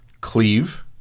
Cleave